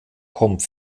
kommt